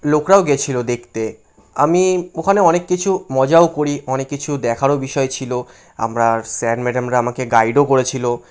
লোকরাও গিয়েছিলো দেখতে আমি ওখানে অনেক কিছু মজাও করি অনেক কিছু দেখারও বিষয় ছিলো আমরা স্যান ম্যাডামরা আমাকে গাইডও করেছিলো